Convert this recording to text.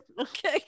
Okay